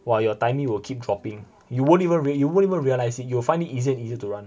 !wah! your timing will keep dropping you won't rea~ you won't even realise it you will find it easier and easier to run